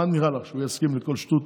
מה נראה לך, שהוא יסכים לכל שטות